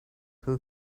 who